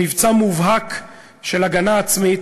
מבצע מובהק של הגנה עצמית